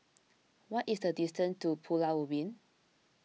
what is the distance to Pulau Ubin